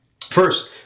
First